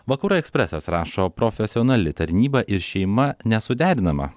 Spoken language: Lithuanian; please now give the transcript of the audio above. vakarų ekspresas rašo profesionali tarnyba ir šeima nesuderinama